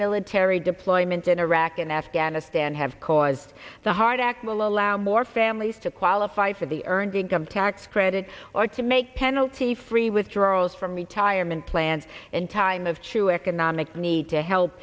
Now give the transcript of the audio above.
military deployments in iraq and afghanistan have caused the hard act will allow more families to qualify for the earned come tax credit or to make penalty free withdrawals from retirement plans in time of to economic need to help